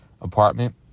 apartment